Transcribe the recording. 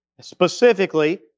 Specifically